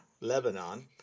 Lebanon